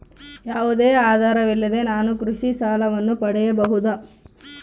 ಯಾವುದೇ ಆಧಾರವಿಲ್ಲದೆ ನಾನು ಕೃಷಿ ಸಾಲವನ್ನು ಪಡೆಯಬಹುದಾ?